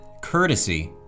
courtesy